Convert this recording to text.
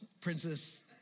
Princess